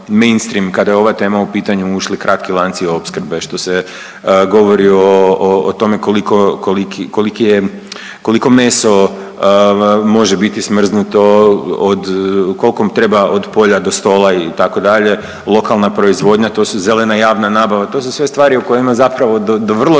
kada je ova tema u pitanju ušli kratki lanci opskrbe, što se govori o, o tome koliko, koliki, koliki je, koliko meso može biti smrznuto od, kolko mu treba od polja do stola itd., lokalna proizvodnja, to su zelena javna nabava, to su sve stvari o kojima zapravo do, do